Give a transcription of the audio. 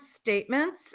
statements